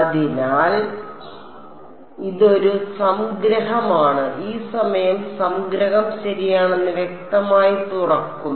അതിനാൽ ഇതൊരു സംഗ്രഹമാണ് ഈ സമയം സംഗ്രഹം ശരിയാണെന്ന് വ്യക്തമായി തുറക്കും